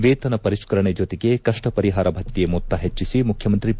ವೇತನ ಪರಿಷ್ತರಣೆ ಜೊತೆಗೆ ಕಪ್ಪ ಪರಿಹಾರ ಭತ್ತೆ ಮೊತ್ತ ಹೆಚ್ಚಿಸಿ ಮುಖ್ಯಮಂತ್ರಿ ಬಿ